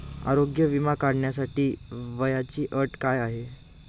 आरोग्य विमा काढण्यासाठी वयाची अट काय आहे?